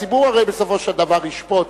הציבור הרי בסופו של דבר ישפוט.